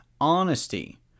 honesty